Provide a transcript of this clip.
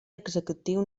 executiu